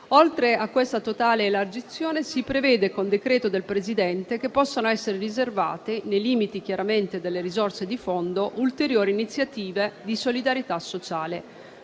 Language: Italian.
Oltre a questa totale elargizione si prevede, con decreto del Presidente, che possano essere riservate, nei limiti chiaramente delle risorse di fondo, ulteriori iniziative di solidarietà sociale.